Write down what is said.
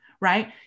right